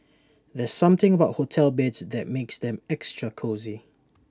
there's something about hotel beds that makes them extra cosy